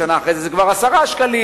שנה אחרי זה כבר 10 שקלים,